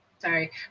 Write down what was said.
Sorry